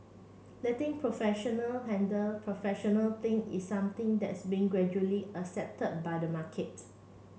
letting professional handle professional thing is something that's being gradually accepted by the market